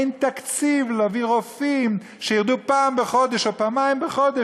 אין תקציב להביא רופאים פעם בחודש או פעמיים בחודש,